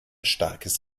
starkes